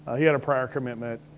ah he had a prior commitment.